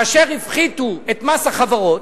כאשר הפחיתו את מס החברות,